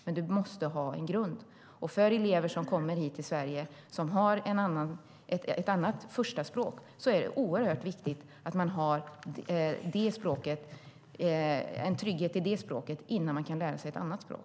Men man måste ha en grund. För elever som kommer hit till Sverige och har ett annat förstaspråk är det oerhört viktigt att de har en trygghet i det språket innan de kan lära sig ett annat språk.